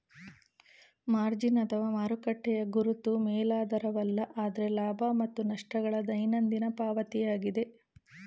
margin ಅಥವಾ ಮಾರುಕಟ್ಟೆಯ ಗುರುತು ಮೇಲಾಧಾರವಲ್ಲ ಆದ್ರೆ ಲಾಭ ಮತ್ತು ನಷ್ಟ ಗಳ ದೈನಂದಿನ ಪಾವತಿಯಾಗಿದೆ